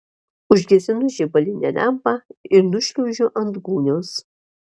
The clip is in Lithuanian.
užgesinu žibalinę lempą ir nušliaužiu ant gūnios